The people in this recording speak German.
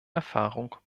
erfahrung